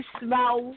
smell